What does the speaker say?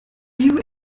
you